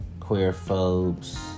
queerphobes